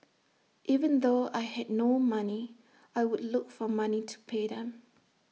even though I had no money I would look for money to pay them